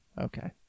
Okay